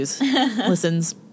listens